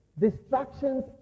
Distractions